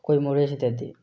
ꯑꯩꯈꯣꯏ ꯃꯣꯔꯦ ꯁꯤꯗꯗꯤ